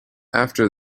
after